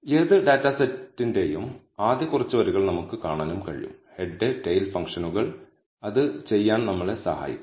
ഏത് ഡാറ്റാ സെറ്റിന്റെയും ആദ്യ കുറച്ച് വരികൾ നമുക്ക് കാണാനും കഴിയും ഹെഡ് ടെയിൽ ഫംഗ്ഷനുകൾ അത് ചെയ്യാൻ നമ്മളെ സഹായിക്കും